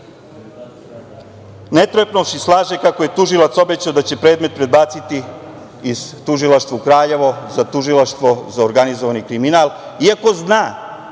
ne trepnuvši slaže kako je tužilac obećao da će predmet prebaciti iz tužilaštva u Kraljevo za tužilaštvo za organizovani kriminal, iako zna